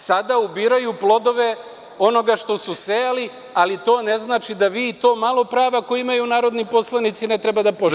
Sada ubiraju plodove onoga što su sejali, ali to ne znači da vi i to malo prava koja imaju narodni poslanici ne treba da poštujete.